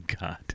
God